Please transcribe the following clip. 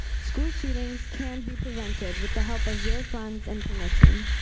school shootings can be prevented with the help of your funds and permission.